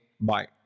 Bye